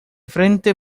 frente